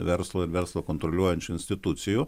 verslo ir verslą kontroliuojančių institucijų